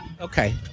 Okay